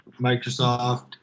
Microsoft